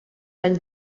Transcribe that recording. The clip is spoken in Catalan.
anys